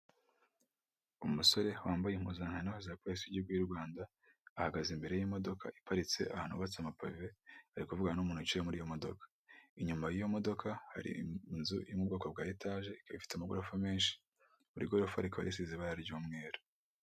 Umusore wambaye impuzankano za Polisi y'Igihugu y'u Randa, ahagaze imbere y'imodoka iparitse ahantu hubatse amapave, ari kuvugana n'umuntu wicaye muri iyo modoka, inyuma y'iyo modoka hari inzu yo mu bwoko bwa etaje, ikaba ifite amagorofa menshi, buri gorolfa rikaba risize ibara ry'umweru.